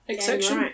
Exception